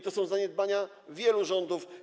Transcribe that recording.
To są zaniedbania wielu rządów.